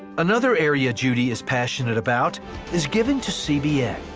another area judy is passionate about is giving to c b n.